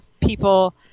people